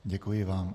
Děkuji vám.